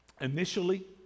initially